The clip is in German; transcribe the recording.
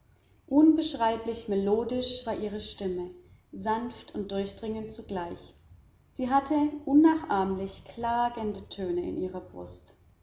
unbeschreiblich melodisch war ihre stimme sanft und durchdringend zugleich sie hatte unnachahmlich klagende töne in ihrer brust